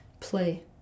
Play